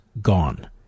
gone